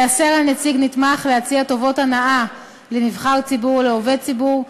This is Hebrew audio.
ייאסר על נציג נתמך להציע טובת הנאה לנבחר ציבור או לעובד ציבור,